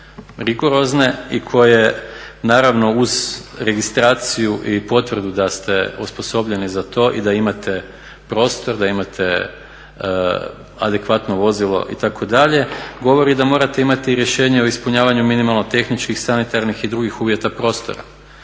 i koje naravno uz registraciju i potvrdu da ste osposobljeni za to i da imate prostor, da imate adekvatno vozilo itd. govori da morate imati rješenje o ispunjavanju minimalno tehničkih, sanitarnih i drugih uvjeta prostora